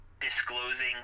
disclosing